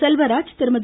Selvaraj Thirumathi